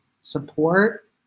support